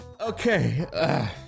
Okay